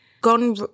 gone